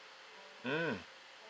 mm